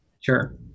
Sure